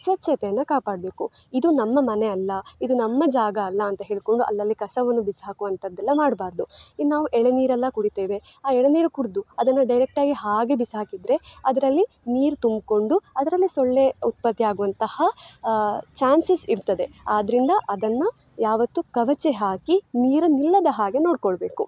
ಸ್ವಚ್ಛತೆಯನ್ನು ಕಾಪಾಡಬೇಕು ಇದು ನಮ್ಮ ಮನೆ ಅಲ್ಲ ಇದು ನಮ್ಮ ಜಾಗ ಅಲ್ಲ ಅಂತ ಹೇಳಿಕೊಂಡು ಅಲ್ಲಲ್ಲಿ ಕಸವನ್ನು ಬಿಸಾಕುವಂತದ್ದೆಲ್ಲ ಮಾಡಬಾರ್ದು ಇನ್ನು ನಾವು ಎಳನೀರೆಲ್ಲ ಕುಡಿತೇವೆ ಆ ಎಳನೀರು ಕುಡಿದು ಅದನ್ನು ಡೈರೆಕ್ಟಾಗಿ ಹಾಗೇ ಬಿಸಾಕಿದರೆ ಅದರಲ್ಲಿ ನೀರು ತುಂಬಿಕೊಂಡು ಅದರಲ್ಲೆ ಸೊಳ್ಳೆ ಉತ್ಪತ್ತಿ ಆಗುವಂತಹ ಚಾನ್ಸಸ್ ಇರ್ತದೆ ಆದ್ದರಿಂದ ಅದನ್ನು ಯಾವತ್ತು ಕವುಚಿ ಹಾಕಿ ನೀರು ನಿಲ್ಲದ ಹಾಗೇ ನೋಡಿಕೊಳ್ಬೇಕು